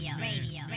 Radio